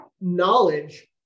knowledge